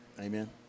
Amen